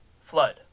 flood